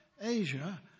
Asia